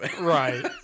Right